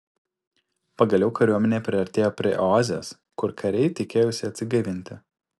pagaliau kariuomenė priartėjo prie oazės kur kariai tikėjosi atsigaivinti